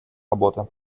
работы